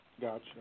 Gotcha